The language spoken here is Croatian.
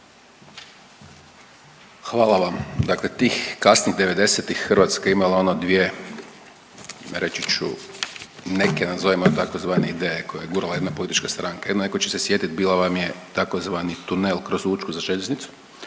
Hvala vam. Dakle tih kasnih 90-ih Hrvatska je imala ono dvije, reći ću, neke, nazovimo, tzv. ideje koje je gurala jedna politička stranka. Jedna, netko će se sjetiti, bila vam je tzv. tunel kroz Učku za željeznicu,